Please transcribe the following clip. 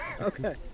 Okay